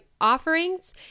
offerings